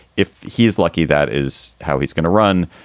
if he is lucky, that is how he's going to run.